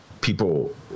people